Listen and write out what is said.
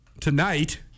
tonight